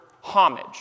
homage